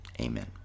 Amen